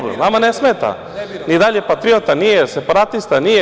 Vama ne smeta ni da li je patriota, nije, separatista, nije.